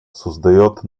создает